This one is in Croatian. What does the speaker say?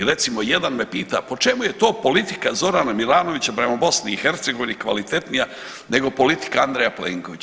Recimo jedan me pita po čemu je to politika Zorana Milanovića prema BiH kvalitetnija nego politika Andreja Plenkovića.